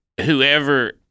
Whoever